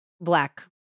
black